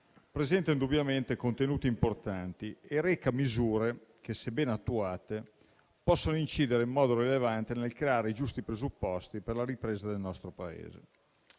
presenta indubbiamente contenuti importanti e reca misure che, se ben attuate, possono incidere in modo rilevante nel creare i giusti presupposti per la ripresa del nostro Paese.